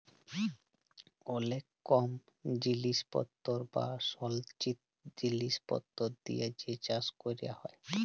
অলেক কম জিলিসপত্তর বা সলচিত জিলিসপত্তর দিয়ে যে চাষ ক্যরা হ্যয়